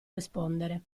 rispondere